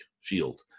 shield